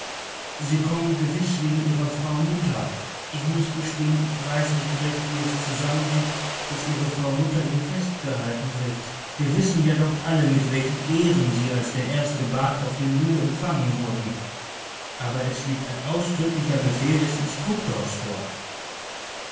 sie kommen gewiß wegen ihrer frau mutter ich muß gestehen ich weiß nicht recht wie es zusammenhängt daß ihre frau mutter hier festgehalten wird wir wissen ja doch alle mit welchen ehren sie als der erste bat auf dem nu empfangen wurden aber es liegt ein ausdrücklicher befehl des instruktors vor